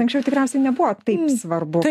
anksčiau tikriausiai nebuvo taip svarbu